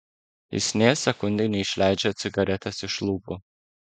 jis nė sekundei neišleidžia cigaretės iš lūpų